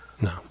No